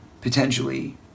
potentially